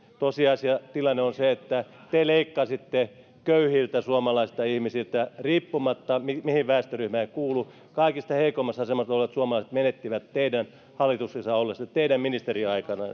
tosiasiassa tilanne on se että te leikkasitte köyhiltä suomalaisilta ihmisiltä riippumatta mihin mihin väestöryhmään he kuuluivat kaikista heikoimmassa asemassa olevat suomalaiset menettivät teidän hallituksessa ollessa teidän ministeriaikanne